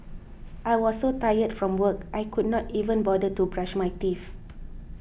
I was so tired from work I could not even bother to brush my teeth